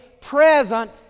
present